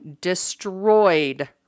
destroyed